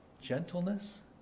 Gentleness